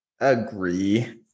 agree